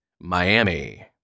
Miami